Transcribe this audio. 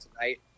tonight